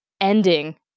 ending